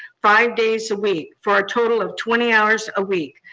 five days a week, for a total of twenty hours a week,